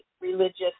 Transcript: religious